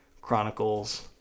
Chronicles